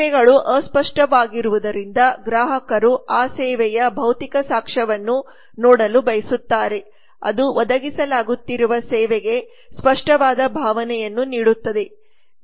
ಸೇವೆಗಳು ಅಸ್ಪಷ್ಟವಾಗಿರುವುದರಿಂದ ಗ್ರಾಹಕರು ಆ ಸೇವೆಯ ಭೌತಿಕ ಸಾಕ್ಷ್ಯವನ್ನು ನೋಡಲು ಬಯಸುತ್ತಾರೆ ಅದು ಒದಗಿಸಲಾಗುತ್ತಿರುವ ಸೇವೆಗೆ ಸ್ಪಷ್ಟವಾದ ಭಾವನೆಯನ್ನು ನೀಡುತ್ತದೆ